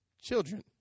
children